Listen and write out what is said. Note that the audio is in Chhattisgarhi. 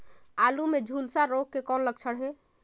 आलू मे झुलसा रोग के कौन लक्षण हे?